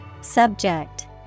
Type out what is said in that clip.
Subject